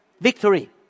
Victory